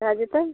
भए जेतै